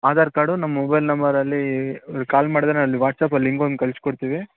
Aadhaar card ನಮ್ಮ mobile ನಂಬರಲ್ಲಿ call ಮಾಡಿದ್ರೆ ಅಲ್ಲಿ ವಾಟ್ಸಪ್ಪಲ್ಲಿ ಲಿಂಕ್ ಒಂದು ಕಳಿಸ್ಕೊಡ್ತೀವಿ